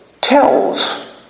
tells